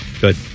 Good